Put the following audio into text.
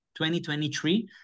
2023